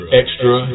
extra